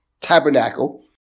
tabernacle